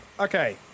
okay